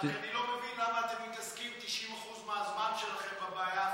רק אני לא מבין למה אתם מתעסקים 90% מהזמן שלכם בבעיה הפלסטינית.